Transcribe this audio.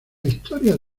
historias